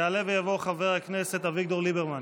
יעלה ויבוא חבר הכנסת אביגדור ליברמן.